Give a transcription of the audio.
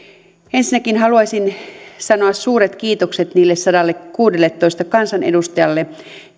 ensinnäkin haluaisin sanoa suuret kiitokset niille sadallekuudelletoista kansanedustajalle